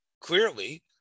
clearly